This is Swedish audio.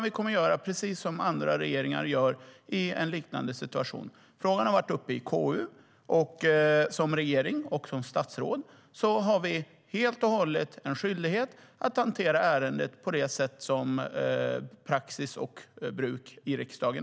Vi kommer att göra precis som andra regeringar gör i en liknande situation. Frågan har varit uppe i KU. Som regering och som statsråd har vi helt och hållet en skyldighet att hantera ärendet på det sätt som är praxis i riksdagen.